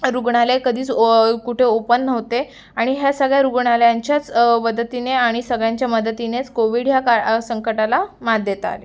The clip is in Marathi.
रुग्णालय कधीच ओ कुठे ओपन नव्हते आणि ह्या सगळ्या रुग्णालयांच्याच मदतीने आणि सगळ्यांच्या मदतीनेच कोविड ह्या काळ संकटाला मात देता आली